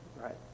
right